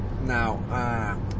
Now